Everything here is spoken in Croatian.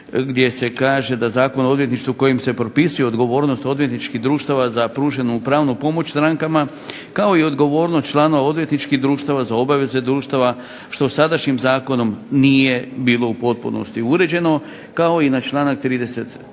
gdje se kaže da Zakon o odvjetništvu kojim se propisuje odgovornost odvjetničkih društava za pruženu pravnu pomoć strankama kao i odgovornost člana odvjetničkih društava za obaveze društava što sadašnjim zakonom nije bilo u potpunosti uređeno, kao i na članak 36.e